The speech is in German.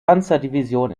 panzerdivision